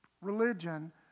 religion